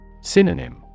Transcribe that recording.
Synonym